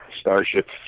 starship